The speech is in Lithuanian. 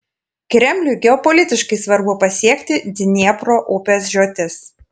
kremliui geopolitiškai svarbu pasiekti dniepro upės žiotis